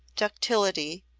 ductility,